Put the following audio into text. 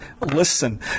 listen